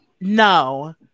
No